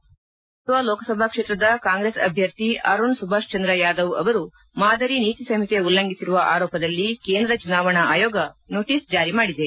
ಮಧ್ಯಪ್ರದೇಶದ ಖಾಂಡ್ವಾ ಲೋಕಸಭಾ ಕ್ಷೇತ್ರದ ಕಾಂಗ್ರೆಸ್ ಅಭ್ಯರ್ಥಿ ಅರುಣ್ ಸುಭಾಷ್ಚಂದ್ರ ಯಾದವ್ ಅವರು ಮಾದರಿ ನೀತಿ ಸಂಹಿತೆ ಉಲ್ಲಂಘಿಸಿರುವ ಆರೋಪದಲ್ಲಿ ಕೇಂದ್ರ ಚುನಾವಣಾ ಆಯೋಗ ನೋಟಿಸ್ ಜಾರಿ ಮಾಡಿದೆ